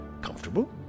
Comfortable